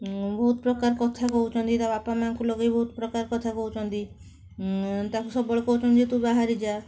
ବହୁତ ପ୍ରକାର କଥା କହୁଛନ୍ତି ତା ବାପା ମାଁଙ୍କୁ ଲଗାଇ ବହୁତ ପ୍ରକାର କଥା କହୁଛନ୍ତି ତାକୁ ସବୁବେଳେ କହୁଛନ୍ତି ଯେ ତୁ ବାହାରି ଯା